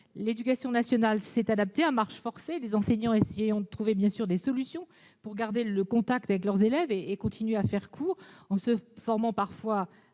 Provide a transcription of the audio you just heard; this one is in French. L'éducation nationale s'est adaptée à marche forcée, les enseignants essayant de trouver des solutions pour garder le contact avec leurs élèves et continuer à faire cours, en se formant parfois